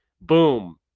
boom